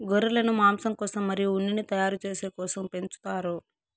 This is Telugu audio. గొర్రెలను మాంసం కోసం మరియు ఉన్నిని తయారు చేసే కోసం పెంచుతారు